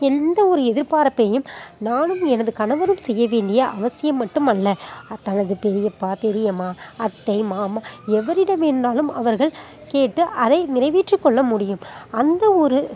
எந்தவொரு எதிர்பார்ப்பையும் நானும் எனது கணவரும் செய்ய வேண்டிய அவசியம் மட்டும் அல்ல அ தனது பெரியப்பா பெரியம்மா அத்தை மாமா எவரிடம் வேண்ணாலும் அவர்கள் கேட்டு அதை நிறைவேற்றிக் கொள்ள முடியும் அந்தவொரு